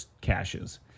caches